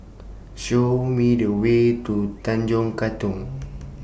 Show Me The Way to Tanjong Katong